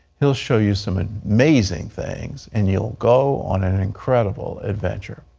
he'll show you some and amazing things and you'll go on an incredible adventure.